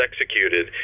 executed